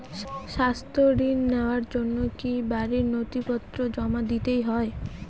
স্বাস্থ্য ঋণ নেওয়ার জন্য কি বাড়ীর নথিপত্র জমা দিতেই হয়?